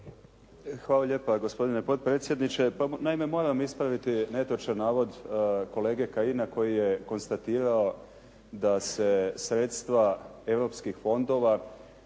Hvala lijepa gospodine potpredsjedniče. Naime moram ispraviti netočan navod kolege Kajina koji je konstatirao da se sredstva europskih fondova